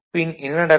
பின் என்ன கிடைக்கும்